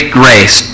grace